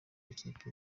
ikipe